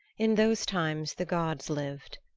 in those times the gods lived,